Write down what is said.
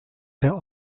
der